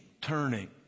turning